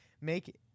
make